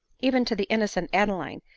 even to the innocent adeline,